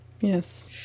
Yes